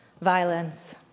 violence